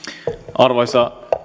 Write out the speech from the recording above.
arvoisa